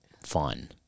fun